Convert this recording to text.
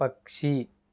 పక్షి